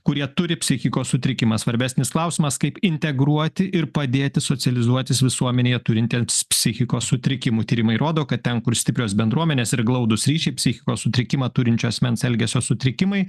kurie turi psichikos sutrikimą svarbesnis klausimas kaip integruoti ir padėti socializuotis visuomenėje turintiems psichikos sutrikimų tyrimai rodo kad ten kur stiprios bendruomenės ir glaudūs ryšiai psichikos sutrikimą turinčio asmens elgesio sutrikimai